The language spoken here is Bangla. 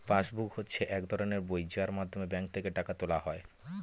পাস বুক হচ্ছে এক ধরনের বই যার মাধ্যমে ব্যাঙ্ক থেকে টাকা তোলা হয়